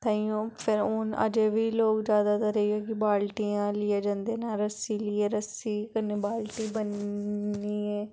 ताहियों फिर हून अजें बी लोक जादैतर एह् बाल्टियां लेइयै जंदे न रस्सी लेइयै रस्सी कन्नै बाल्टी ब'न्निये